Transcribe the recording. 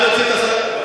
אל תתערב.